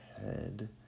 head